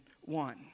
one